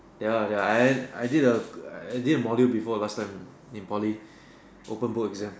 ya ah ya I I did a I did a module before last time in Poly open book exam